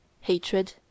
hatred